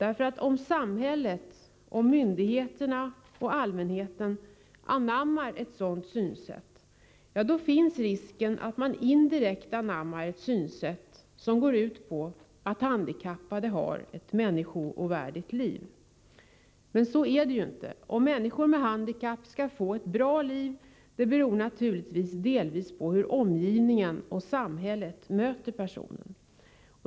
Om samhället, myndigheterna och allmänheten anammar ett sådant synsätt, ja, då finns risken att man indirekt anammar ett synsätt som går ut på att handikappade har ett människoovärdigt liv. Men så är det ju inte! Om människor med handikapp skall få ett bra liv beror naturligtvis delvis på hur omgivningen och samhället möter personen.